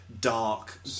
dark